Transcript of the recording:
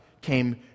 came